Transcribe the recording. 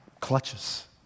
clutches